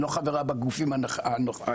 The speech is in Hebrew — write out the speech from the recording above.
היא לא חברה בגופים האלה.